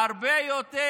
והרבה יותר,